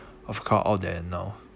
of car all then now